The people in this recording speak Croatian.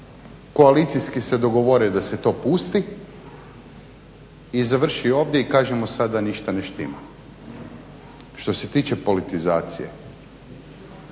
koalicijski se dogovore da se to pusti i završi ovdje i kažemo sada ništa ne štima. Što se tiče politizacije,